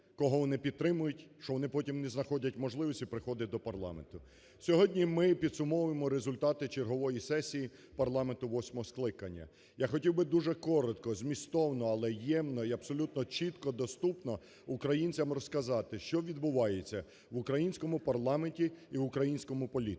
кого вони підтримують, що вони потім не знаходять можливості приходити до парламенту. Сьогодні ми підсумовуємо результати чергової сесії парламенту восьмого скликання, я хотів би дуже коротко, змістовно, але ємно і абсолютно чітко, доступно українцям розказати, що відбувається в українському парламенті і українському політикумі.